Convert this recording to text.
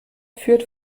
führt